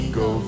go